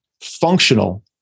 functional